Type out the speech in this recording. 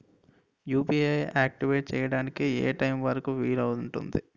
UPI activate చెయ్యడానికి ఏ time వరుకు వీలు అవుతుంది?